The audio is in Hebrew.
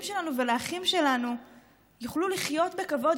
שלנו והאחים שלנו יוכלו לחיות בכבוד,